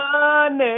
money